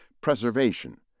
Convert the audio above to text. Preservation